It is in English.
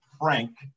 frank